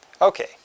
Okay